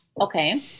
okay